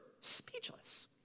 speechless